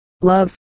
love